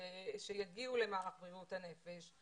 שיגיעו למערך בריאות הנפש,